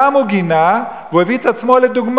אותם הוא גינה, והוא הביא את עצמו כדוגמה.